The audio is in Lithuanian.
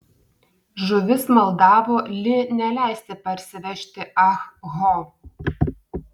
žuvis maldavo li neleisti parsivežti ah ho